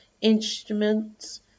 instruments